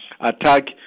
attack